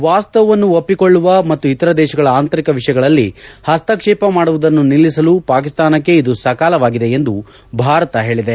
head ವಾಸ್ತವವನ್ನು ಒಪ್ಪಿಕೊಳ್ಳುವ ಮತ್ತು ಇತರೆ ದೇಶಗಳ ಆಂತರಿಕ ವಿಷಯಗಳಲ್ಲಿ ಹಸ್ತಕ್ಷೇಪ ಮಾಡುವುದನ್ನು ನಿಲ್ಲಿಸಲು ಪಾಕಿಸ್ತಾನಕ್ಕೆ ಇದು ಸಕಾಲವಾಗಿದೆ ಎಂದು ಭಾರತ ಹೇಳಿದೆ